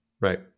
right